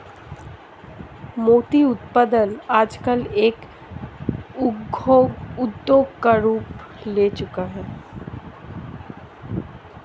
मोती उत्पादन आजकल एक उद्योग का रूप ले चूका है